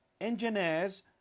engineers